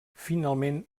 finalment